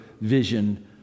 vision